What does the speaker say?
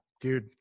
dude